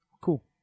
Cool